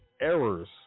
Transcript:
errors